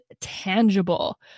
tangible